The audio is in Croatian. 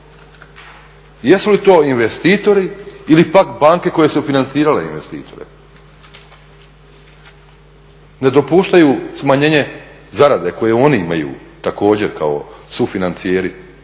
Jesu li to investitori ili pak banke koje su financirale investitore? Ne dopuštaju smanjenje zarede koje oni imaju također kao sufinacijeri